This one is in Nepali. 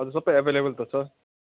हजुर सबै एभाइलेबल त छ